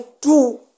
two